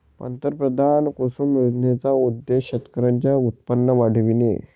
पंतप्रधान कुसुम योजनेचा उद्देश शेतकऱ्यांचे उत्पन्न वाढविणे